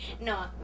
No